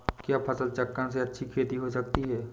क्या फसल चक्रण से अच्छी खेती हो सकती है?